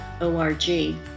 O-R-G